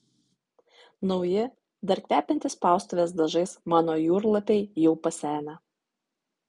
nauji dar kvepiantys spaustuvės dažais mano jūrlapiai jau pasenę